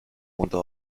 punto